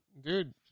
dude